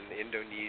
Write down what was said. Indonesia